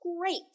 great